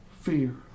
fear